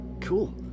Cool